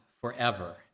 forever